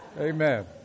Amen